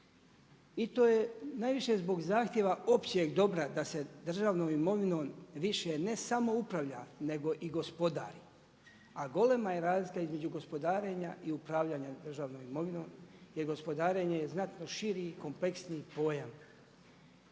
i to je najviše zbog zahtjeva općeg dobra da se državnom imovinom više ne samo upravlja nego i gospodari, a golema je razlika između gospodarenja i upravljanja državnom imovinom jer gospodarenje je znatno širi i kompleksniji pojam.